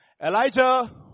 Elijah